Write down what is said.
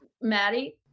Maddie